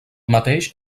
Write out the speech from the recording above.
mateix